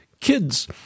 Kids